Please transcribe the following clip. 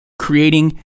creating